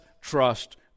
trust